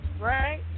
Right